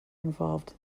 involved